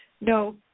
no